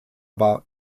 war